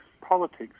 politics